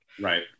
Right